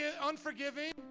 unforgiving